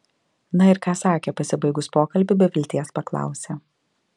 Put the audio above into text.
na ir ką sakė pasibaigus pokalbiui be vilties paklausė